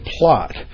plot